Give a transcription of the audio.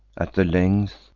at the length,